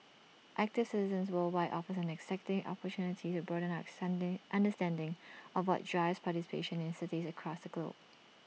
active Citizens Worldwide offers an exciting opportunity to broaden our sandy understanding of what drives participation in cities across the globe